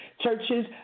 Churches